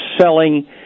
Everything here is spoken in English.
selling